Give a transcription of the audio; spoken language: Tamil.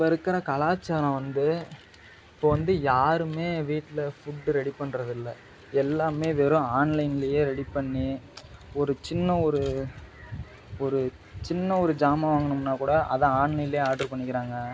இப்போ இருக்கிற கலாச்சாரம் வந்து இப்போ வந்து யாருமே வீட்டில ஃபுட்டு ரெடி பண்ணுறதில்ல எல்லாமே வெறும் ஆன்லைன்லேயே ரெடி பண்ணி ஒரு சின்ன ஒரு ஒரு சின்ன ஒரு ஜாமான் வாங்கணும்னால் கூட அதை ஆன்லைன்லேயே ஆட்ரு பண்ணிக்கிறாங்கள்